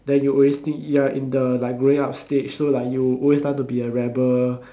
then you always think you are in the like growing up stage so like you always want to be a rebel